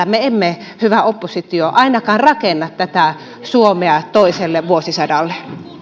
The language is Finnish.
me emme hyvä oppositio ainakaan rakenna tätä suomea toiselle vuosisadalle